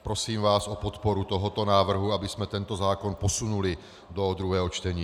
Prosím vás o podporu tohoto návrhu, abychom tento zákon posunuli do druhého čtení.